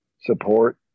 support